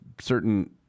certain